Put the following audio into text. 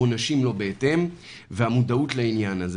והעונשים והמודעות לעניין הזה בהתאם.